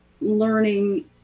learning